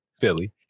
Philly